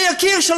היקיר,